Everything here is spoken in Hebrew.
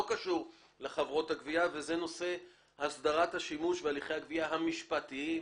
קשור לחברות הגבייה הוא נושא הסדרת השימוש והליכי הגבייה המשפטיים,